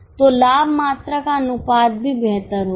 तो लाभ मात्रा का अनुपात भी बेहतर होगा